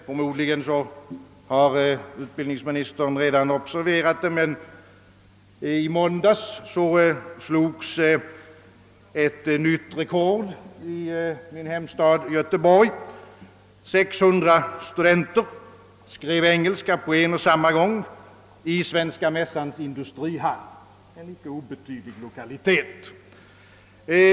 Förmodligen har utbild ningsministern redan observerat det, men jag vill ändå nämna, att i måndags sattes ett nytt rekord i min hemstad Göteborg. 600 studenter skrev engelska på en och samma gång i Svenska mässans industrihall, en icke obetydlig lokalitet.